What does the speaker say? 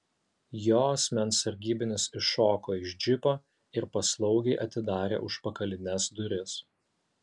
jo asmens sargybinis iššoko iš džipo ir paslaugiai atidarė užpakalines duris